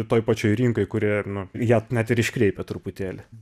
toje pačioje rinkoje kurioje ir nu ją net ir iškreipia truputėlį